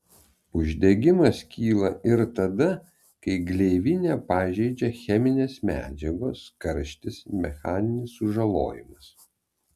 uždegimas kyla ir tada kai gleivinę pažeidžia cheminės medžiagos karštis mechaninis sužalojimas